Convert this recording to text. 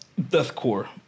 Deathcore